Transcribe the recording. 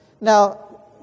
Now